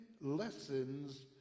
lessons